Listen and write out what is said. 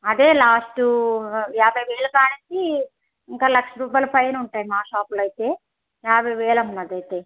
అదే లాస్ట్ యాభైవేల నుంచి ఇంకా లక్ష రూపాయిల పైన ఉంటాయి మా షాప్లో అయితే యాభైవేలు అమ్మ అదైతే